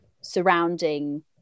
surrounding